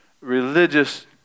religious